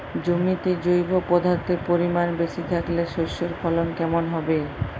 জমিতে জৈব পদার্থের পরিমাণ বেশি থাকলে শস্যর ফলন কেমন হবে?